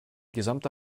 gesamte